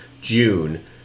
June